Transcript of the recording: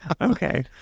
Okay